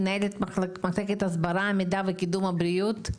מנהלת מחלקת הסברה קידום ובריאות,